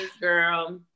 girl